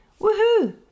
woohoo